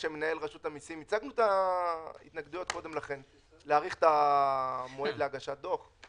הצגנו את ההתנגדויות קודם לכן לגבי הארכת המועד להגשת דוח.